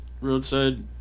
roadside